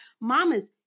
Mamas